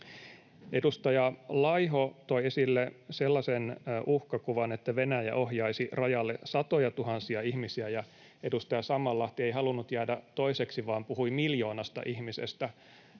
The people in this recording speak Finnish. Edustaja Laiho toi esille sellaisen uhkakuvan, että Venäjä ohjaisi rajalle satojatuhansia ihmisiä, ja edustaja Sammallahti ei halunnut jäädä toiseksi vaan puhui miljoonasta ihmisestä.